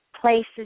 places